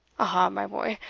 aha, my boy!